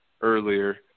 earlier